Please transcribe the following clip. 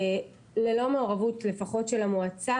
ללא מעורבות לפחות של המועצה.